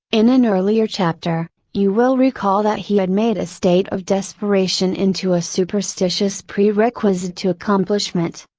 in an earlier chapter, you will recall that he had made a state of desperation into a superstitious prerequisite to accomplishment.